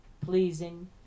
pleasing